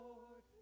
Lord